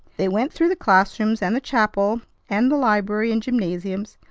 they went through the classrooms and the chapel and the library and gymnasiums.